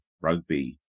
rugby